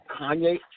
Kanye